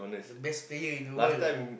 the best player in the world lah